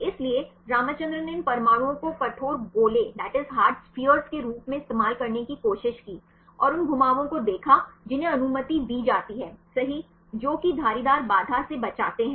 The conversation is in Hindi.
इसलिए रामचंद्रन ने इन परमाणुओं को कठोर गोले के रूप में इस्तेमाल करने की कोशिश की और उन घुमावों को देखा जिन्हें अनुमति दी जाती है सही जो कि धारीदार बाधा से बचते हैं